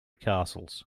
castles